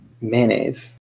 Mayonnaise